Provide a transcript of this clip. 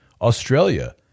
Australia